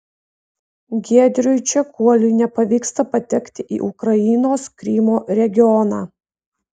giedriui čekuoliui nepavyksta patekti į ukrainos krymo regioną